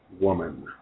woman